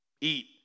eat